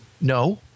no